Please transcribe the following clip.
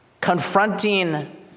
confronting